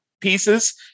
pieces